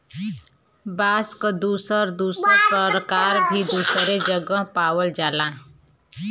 बांस क दुसर दुसर परकार भी दुसरे जगह पावल जाला